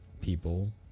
people